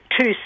two